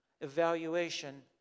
evaluation